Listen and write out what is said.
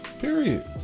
Period